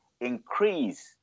increase